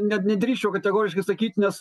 net nedrįsčiau kategoriškai sakyt nes